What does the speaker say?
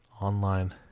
online